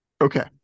Okay